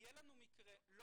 יהיה לנו מקרה, לא